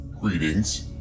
Greetings